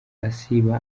asiba